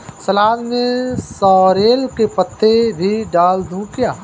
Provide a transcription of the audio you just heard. सलाद में सॉरेल के पत्ते भी डाल दूं क्या?